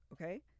okay